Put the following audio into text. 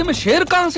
um chika